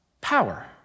power